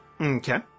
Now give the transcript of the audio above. Okay